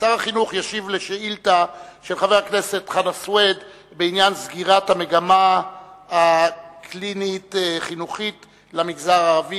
חנא סוייד בעניין סגירת המגמה הקלינית-חינוכית למגזר הערבי.